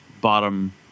bottom